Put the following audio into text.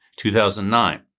2009